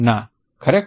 ના ખરેખર